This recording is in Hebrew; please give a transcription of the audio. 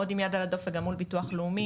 מאוד עם יד על הדופק וגם מול ביטוח לאומי.